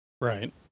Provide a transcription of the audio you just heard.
Right